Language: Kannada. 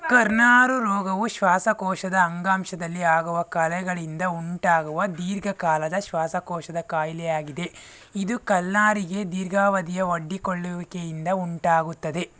ಕಲ್ನಾರು ರೋಗವು ಶ್ವಾಸಕೋಶದ ಅಂಗಾಂಶದಲ್ಲಿ ಆಗುವ ಕಲೆಗಳಿಂದ ಉಂಟಾಗುವ ದೀರ್ಘಕಾಲದ ಶ್ವಾಸಕೋಶದ ಕಾಯಿಲೆಯಾಗಿದೆ ಇದು ಕಲ್ನಾರಿಗೆ ದೀರ್ಘಾವಧಿಯ ಒಡ್ಡಿಕೊಳ್ಳುವಿಕೆಯಿಂದ ಉಂಟಾಗುತ್ತದೆ